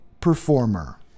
performer